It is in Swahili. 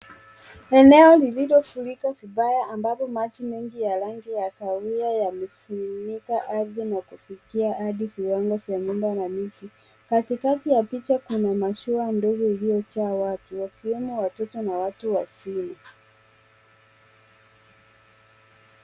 Eneo lilofurika vibaya ambapo maji mengi ya rangi ya kahawia yamefunika maji na kufikia hadi viwango vya nyumba na miti. Katikati ya picha kuna mashua ndogo iliyojaa watu wakiwemo watoto na watu wazima.